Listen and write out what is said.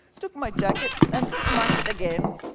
took my jacket, and smashed it again.